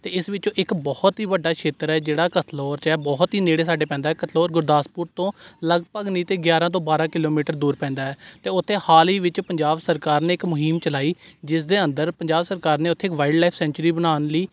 ਅਤੇ ਇਸ ਵਿੱਚੋਂ ਇੱਕ ਬਹੁਤ ਹੀ ਵੱਡਾ ਖੇਤਰ ਹੈ ਜਿਹੜਾ ਕਤਲੋਰ 'ਚ ਹੈ ਬਹੁਤ ਹੀ ਨੇੜੇ ਸਾਡੇ ਪੈਂਦਾ ਕਤਲੋਰ ਗੁਰਦਾਸਪੁਰ ਤੋਂ ਲਗਭਗ ਨਹੀਂ ਤਾਂ ਗਿਆਰਾਂ ਤੋਂ ਬਾਰਾਂ ਕਿਲੋਮੀਟਰ ਦੂਰ ਪੈਂਦਾ ਹੈ ਅਤੇ ਉੱਥੇ ਹਾਲ ਹੀ ਵਿੱਚ ਪੰਜਾਬ ਸਰਕਾਰ ਨੇ ਇੱਕ ਮੁਹਿੰਮ ਚਲਾਈ ਜਿਸ ਦੇ ਅੰਦਰ ਪੰਜਾਬ ਸਰਕਾਰ ਨੇ ਉੱਥੇ ਇੱਕ ਵਾਇਲਡ ਲਾਈਫ ਸੈਂਚੁਰੀ ਬਣਾਉਣ ਲਈ